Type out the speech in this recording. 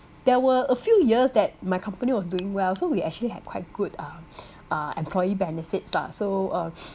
there were a few years that my company was doing well so we actually had quite good um uh employee benefits lah so uh